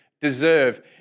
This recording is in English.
deserve